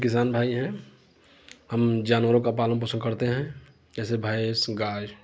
किसान भाई हैं हम जानवरों का पालन पोषण करते हैं जैसे भैंस गाय